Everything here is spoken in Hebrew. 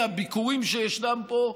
מהביקורים שישנם פה,